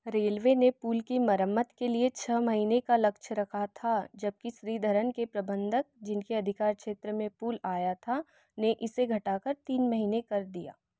railway ने पुल की मरम्मत के लिए छः महीने का लक्ष्य रखा था जबकि श्रीधरन के प्रबंधक जिनके अधिकार क्षेत्र में पुल आया था ने इसे घटाकर तीन महीने कर दिया